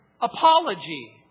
apology